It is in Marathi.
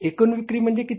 एकूण विक्री म्हणजे किती